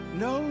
no